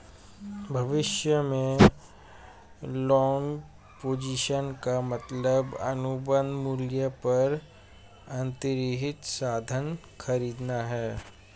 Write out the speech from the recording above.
भविष्य में long position का मतलब अनुबंध मूल्य पर अंतर्निहित साधन खरीदना है